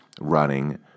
running